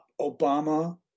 Obama